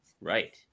Right